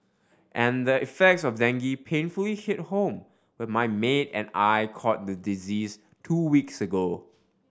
and the effects of dengue painfully hit home when my maid and I caught the disease two weeks ago